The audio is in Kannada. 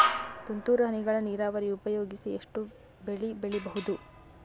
ತುಂತುರು ಹನಿಗಳ ನೀರಾವರಿ ಉಪಯೋಗಿಸಿ ಎಷ್ಟು ಬೆಳಿ ಬೆಳಿಬಹುದು?